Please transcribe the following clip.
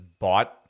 bought